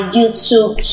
YouTube